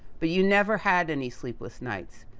but you never had any sleepless nights.